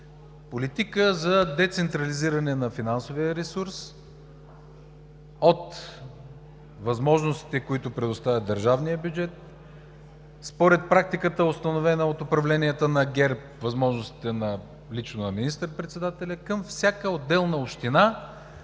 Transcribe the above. политика за децентрализиране на финансовия ресурс от възможностите, които предоставя държавният бюджет. Според практиката, установена от управленията на ГЕРБ, възможностите – лично на министър-председателя, към всяка отделна община,